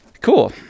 Cool